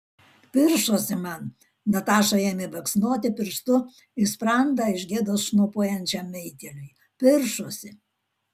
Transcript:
piršosi man nataša ėmė baksnoti pirštu į sprandą iš gėdos šnopuojančiam meitėliui piršosi